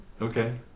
okay